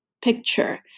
picture